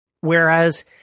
Whereas